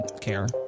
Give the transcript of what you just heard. care